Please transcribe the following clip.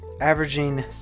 averaging